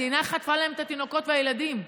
המדינה חטפה להן את התינוקות והילדים.